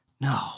No